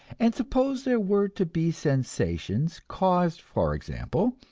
and suppose there were to be sensations, caused, for example,